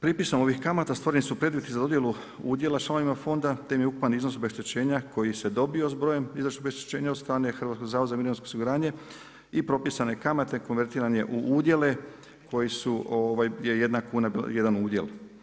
Pripisom ovih kamata stvoreni su preduvjeti za dodjelu udjela članovima Fonda, te im je ukupan iznos obeštećenja koji se dobio s brojem obeštećenja od strane Hrvatskog zavoda za mirovinsko osiguranje i propisane kamate konvertiran je u udjele koji su, jedna kuna je bila jedan udjel.